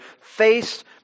faced